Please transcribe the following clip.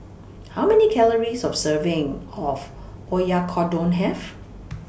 How Many Calories of A Serving of Oyakodon Have